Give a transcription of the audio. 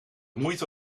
moeite